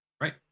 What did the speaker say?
Right